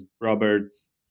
Roberts